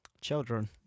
Children